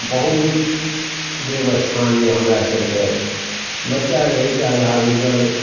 बहुत देवस्थान अइ हमरा सभके बच्चा रहि तऽ अल्लाह रुदल